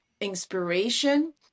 inspiration